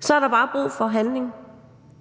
så vil jeg bare sige, at